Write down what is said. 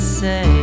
say